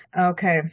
okay